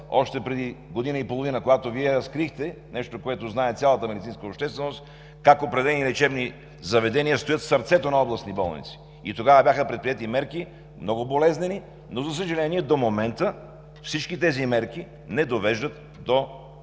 още преди година и половина, когато Вие разкрихте нещо, което знае цялата медицинска общественост – как определени лечебни заведения стоят в сърцето на областни болници? Тогава бяха предприети мерки – много болезнени, но, за съжаление, до момента всички тези мерки не довеждат до